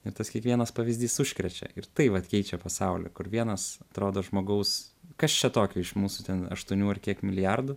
ir tas kiekvienas pavyzdys užkrečia ir tai vat keičia pasaulį kur vienas atrodo žmogaus kas čia tokio iš mūsų ten aštuonių ar kiek milijardų